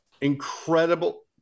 incredible